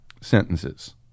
sentences